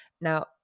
Now